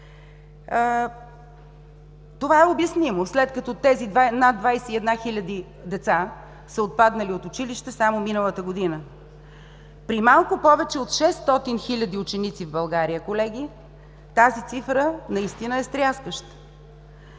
Това е обяснимо, след като тези над 21 хиляди деца са отпаднали от училище само миналата година. При малко повече от 600 хиляди ученици в България, колеги, тази цифра наистина е стряскаща.